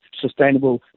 Sustainable